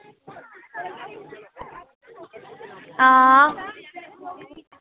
हां